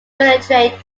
degenerate